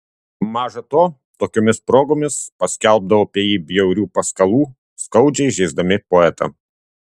maža to tokiomis progomis paskelbdavo apie jį bjaurių paskalų skaudžiai žeisdami poetą